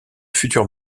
futur